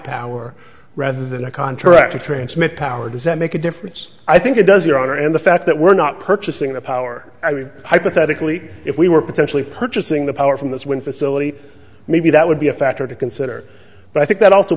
power rather than a contractor transmit power does that make a difference i think it does your honor and the fact that we're not purchasing the power hypothetically if we were potentially purchasing the power from this when facility maybe that would be a factor to consider but i think that also